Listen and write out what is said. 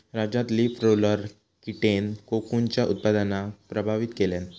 राज्यात leaf roller कीटेन कोकूनच्या उत्पादनाक प्रभावित केल्यान